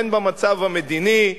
בין במצב המדיני,